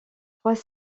trois